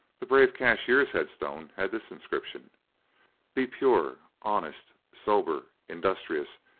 the brave cashier's head-stone has this inscription be pure, honest, sober, industrious,